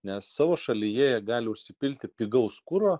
nes savo šalyje jie gali užsipilti pigaus kuro